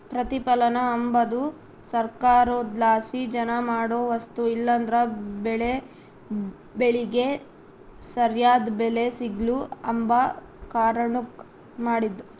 ಪ್ರತಿಪಲನ ಅಂಬದು ಸರ್ಕಾರುದ್ಲಾಸಿ ಜನ ಮಾಡೋ ವಸ್ತು ಇಲ್ಲಂದ್ರ ಬೆಳೇ ಬೆಳಿಗೆ ಸರ್ಯಾದ್ ಬೆಲೆ ಸಿಗ್ಲು ಅಂಬ ಕಾರಣುಕ್ ಮಾಡಿದ್ದು